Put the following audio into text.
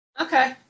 Okay